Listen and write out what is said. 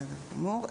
גמור.